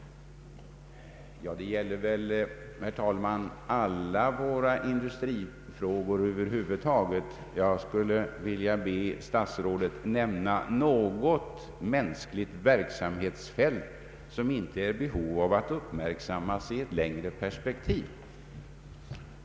Det gäller väl, herr talman, alla våra industrifrågor över huvud taget. Jag vill be statsrådet nämna något mänskligt verksamhetsfält som inte är i behov av att uppmärksammas i ett längre perspektiv.